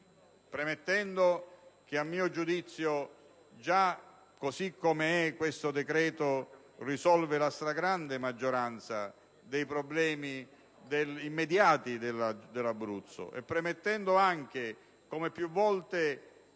Premetto che, a mio giudizio, già così com'è questo decreto risolve la stragrande maggioranza dei problemi immediati dell'Abruzzo e che, come più volte ci